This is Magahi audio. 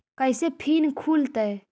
कैसे फिन खुल तय?